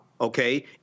okay